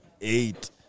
eight